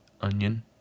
Onion